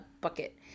Bucket